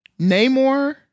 Namor